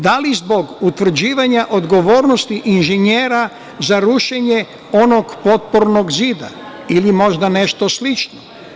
Da li zbog utvrđivanja odgovornosti inženjera za rušenje onog potpornog zida ili možda nešto slično?